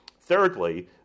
Thirdly